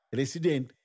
resident